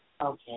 Okay